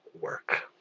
work